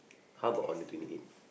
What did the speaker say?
how about on the twenty eighth